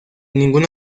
ninguna